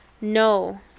No